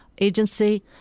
agency